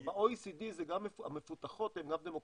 ב-OECD המפותחות הן גם דמוקרטיות,